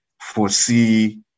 foresee